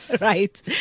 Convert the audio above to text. Right